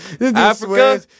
Africa